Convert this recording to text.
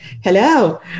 hello